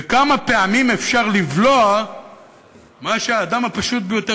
וכמה פעמים אפשר לבלוע מה שהאדם הפשוט ביותר,